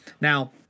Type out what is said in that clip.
Now